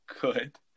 good